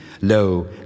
Lo